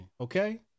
okay